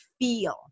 feel